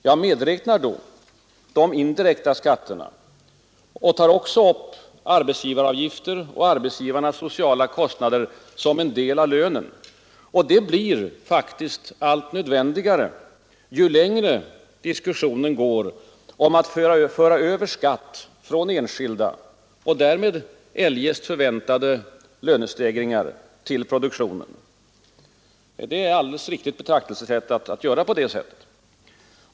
Jag medräknar då de indirekta skatterna och tar också upp arbetsgivaravgifter och arbetsgivarnas sociala kostnader som en del av lönen, vilket faktiskt blir allt nödvändigare ju längre diskussionen går om att föra över skatt från enskilda — och därmed eljest förväntade lönestegringar — till produktionen. Det är ett logiskt riktigt betraktelse sätt.